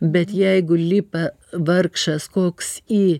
bet jeigu lipa vargšas koks į